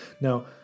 now